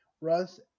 Russ